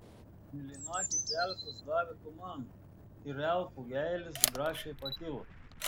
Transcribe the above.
mėlynakis elfas davė komandą ir elfų eilės grakščiai pakilo